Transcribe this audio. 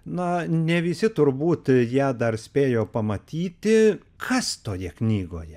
na ne visi turbūt ją dar spėjo pamatyti kas toje knygoje